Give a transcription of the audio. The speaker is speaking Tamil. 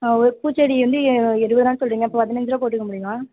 ஆ ஒரு பூச்செடி வந்து இருபதுருவான்னு சொல்லுறீங்க பதினஞ்சுருவா போட்டுக்க முடியுமா